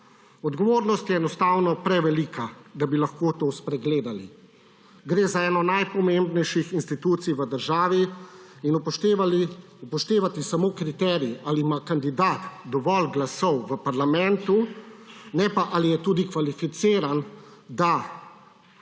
Odgovornost je enostavno prevelika, da bi lahko to spregledali. Gre za eno najpomembnejših institucij v državi in upoštevati samo kriterij, ali ima kandidat dovolj glasov v parlamentu, ne pa, ali je tudi kvalificiran, da